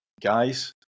Guys